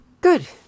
Good